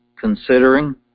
considering